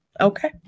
okay